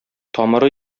тамыры